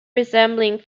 resembling